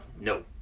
no